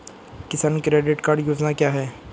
किसान credit card योजना क्या है?